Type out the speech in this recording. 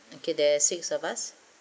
okay there's six of us